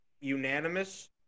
unanimous –